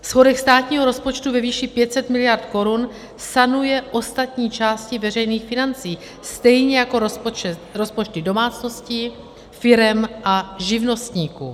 Schodek státního rozpočtu ve výši 500 mld. korun sanuje ostatní části veřejných financí, stejně jako rozpočty domácností, firem a živnostníků.